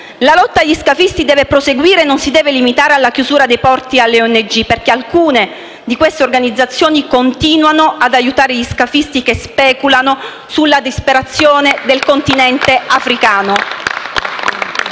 La lotta agli scafisti deve proseguire e non si deve limitare alla chiusura dei porti alle ONG perché alcune di queste organizzazioni continuano ad aiutare gli scafisti che speculano sulla disperazione del continente africano.